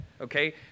okay